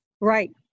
Right